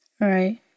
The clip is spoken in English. Right